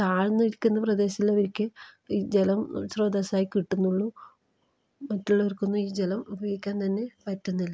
താഴ്ന്നിരിക്കുന്ന പ്രദേശമുള്ളവർക്ക് ഈ ജലം സ്രോതസ്സായി കിട്ടുന്നുള്ളൂ മറ്റുള്ളവർക്കൊന്നും ഈ ജലം ഉപയോഗിക്കാൻ തന്നെ പറ്റുന്നില്ല